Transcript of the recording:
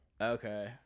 Okay